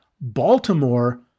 Baltimore